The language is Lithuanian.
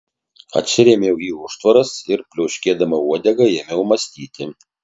atsirėmiau į užtvaras ir pliaukšėdama uodega ėmiau mąstyti